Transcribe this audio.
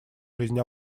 жизнь